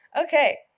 Okay